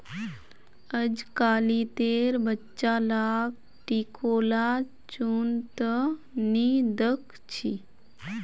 अजकालितेर बच्चा लाक टिकोला चुन त नी दख छि